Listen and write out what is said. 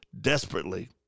desperately